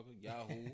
Yahoo